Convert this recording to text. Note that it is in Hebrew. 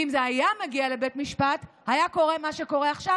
כי אם זה היה מגיע לבית משפט היה קורה מה שקורה עכשיו,